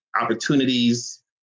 opportunities